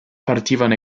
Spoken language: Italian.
partivano